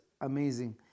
amazing